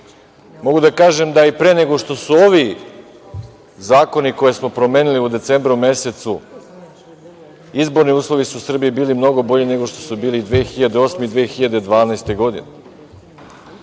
Mogu da kažem da i pre nego što su ovi zakoni koje smo promenili u decembru mesecu izborni uslovi su u Srbiji bili mnogo bolji nego što su bili 2008. godine i 2012. godine.